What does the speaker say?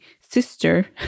sister